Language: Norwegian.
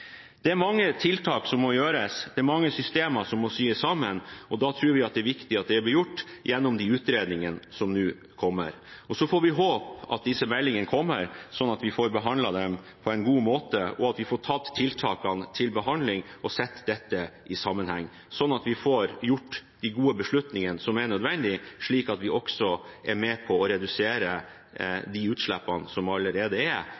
Det er mange tiltak som må gjøres, det er mange systemer som må sys sammen. Vi tror det er viktig at det blir gjort gjennom de utredningene som nå kommer. Så får vi håpe at meldingene kommer, at vi får behandlet dem på en god måte, at vi får tiltakene til behandling og sett dette i sammenheng, slik at vi får tatt de gode beslutningene som er nødvendig, og at vi også er med på å redusere utslippene som allerede er